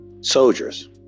Soldiers